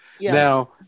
Now